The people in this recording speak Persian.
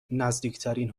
نزدیکترین